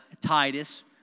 Titus